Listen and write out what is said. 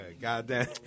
Goddamn